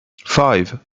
five